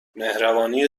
مهربانی